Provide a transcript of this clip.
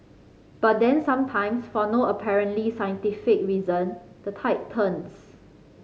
but then sometimes for no apparently scientific reason the tide turns